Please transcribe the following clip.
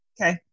Okay